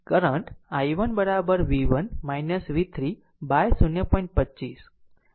તે પછી current i1 v1 v3 by 0